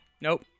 Nope